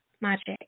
magic